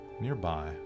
nearby